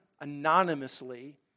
anonymously